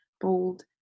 bold